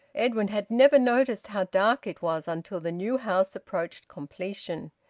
edwin had never noticed how dark it was until the new house approached completion.